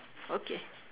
okay